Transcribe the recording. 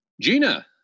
Gina